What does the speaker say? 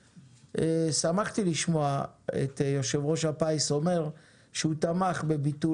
שמחתי לשמוע את יושב-ראש הפיס אומר שהוא תמך בביטול